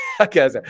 Okay